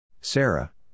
Sarah